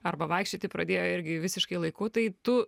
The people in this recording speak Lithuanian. arba vaikščioti pradėjo irgi visiškai laiku tai tu